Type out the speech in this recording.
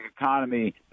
economy